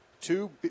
Two